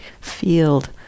field